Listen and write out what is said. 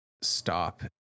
stop